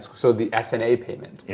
so the s and a payment,